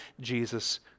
Jesus